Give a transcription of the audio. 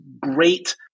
great